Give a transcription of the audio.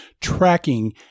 tracking